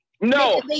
No